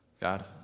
God